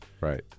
Right